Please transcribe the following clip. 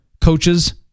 coaches